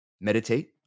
meditate